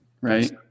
Right